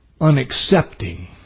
unaccepting